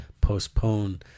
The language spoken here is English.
postpone